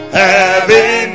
heaven